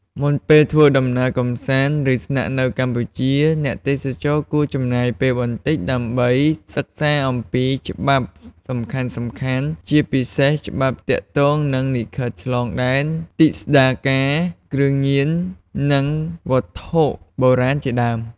មុនពេលធ្វើដំណើរកម្សាន្ត ឬស្នាក់នៅកម្ពុជា អ្នកទេសចរគួរចំណាយពេលបន្តិចដើម្បីសិក្សាអំពីច្បាប់សំខាន់ៗ ជាពិសេសច្បាប់ទាក់ទងនឹងលិខិតឆ្លងដែន ទិដ្ឋាការ គ្រឿងញៀន និងវត្ថុបុរាណជាដើម។